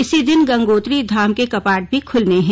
इसी दिन गंगोत्री धाम के कपाट भी खुलने हैं